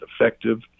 effective